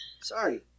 Sorry